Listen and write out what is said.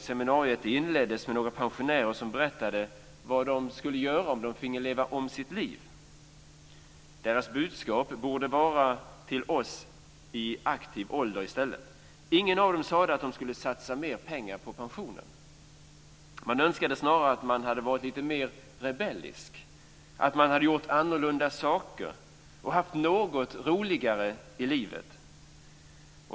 Seminariet inleddes med att några pensionärer berättade om vad de skulle göra om de fick leva om sitt liv. Deras budskap borde vara ett budskap till oss i aktiv ålder. Ingen av dem sade att de skulle ha satsat mer pengar på pensionen. De önskade snarare att de hade varit lite mer rebelliska, gjort annorlunda saker och haft det något roligare i livet.